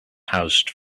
housed